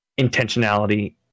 intentionality